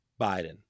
Biden